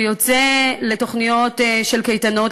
שיוצא לתוכניות של קייטנות,